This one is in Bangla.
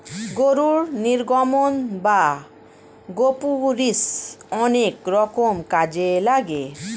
গরুর নির্গমন বা গোপুরীষ অনেক রকম কাজে লাগে